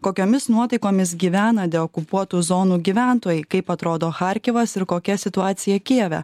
kokiomis nuotaikomis gyvena deokupuotų zonų gyventojai kaip atrodo charkivas ir kokia situacija kijeve